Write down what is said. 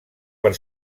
per